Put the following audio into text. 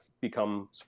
become